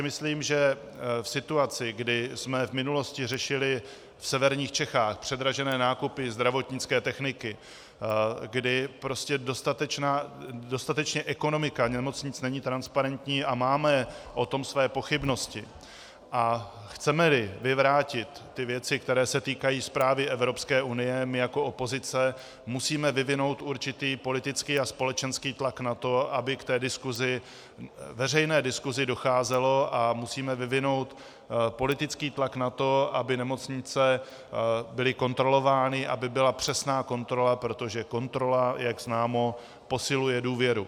Myslím si, že v situaci, kdy jsme v minulosti řešili v severních Čechách předražené nákupy zdravotnické techniky, kdy dostatečně ekonomika nemocnic není transparentní a máme o tom své pochybnosti, a chcemeli vyvrátit ty věci, které se týkají zprávy EU, my jako opozice musíme vyvinout určitý politický a společenský tlak na to, aby k veřejné diskusi docházelo, a musíme vyvinout politický tlak na to, aby nemocnice byly kontrolovány, aby byla přesná kontrola, protože kontrola, jak známo, posiluje důvěru.